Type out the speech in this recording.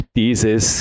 dieses